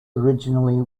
originally